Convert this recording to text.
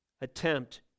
attempt